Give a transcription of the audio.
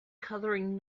coloring